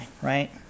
Right